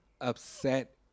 upset